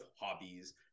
hobbies